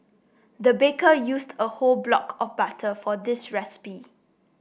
the baker used a whole block of butter for this recipe